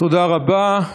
תודה רבה.